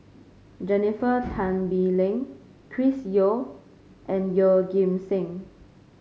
Jennifer Tan Bee Leng Chris Yeo and Yeoh Ghim Seng